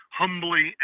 humbly